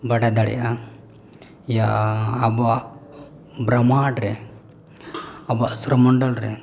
ᱵᱟᱰᱟᱭ ᱫᱟᱲᱭᱟᱜᱼᱟ ᱭᱟ ᱟᱵᱚᱣᱟᱜ ᱵᱨᱚᱢᱵᱷᱟᱸᱰᱨᱮ ᱟᱵᱚᱣᱟᱜ ᱥᱚᱨᱚᱢᱚᱱᱰᱚᱞ ᱨᱮ